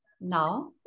now